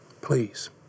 Please